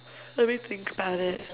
let me think about it